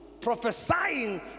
prophesying